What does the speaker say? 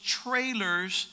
trailers